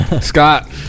Scott